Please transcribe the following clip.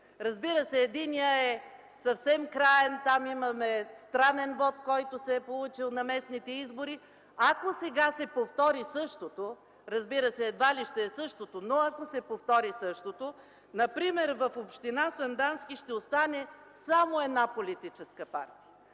Разбира се, единият е съвсем краен, там имаме странен вот, който се е получил на местните избори. Ако сега се повтори същото, разбира се, едва ли ще е същото, но ако се повтори същото, например в община Сандански ще остане само една политическа партия.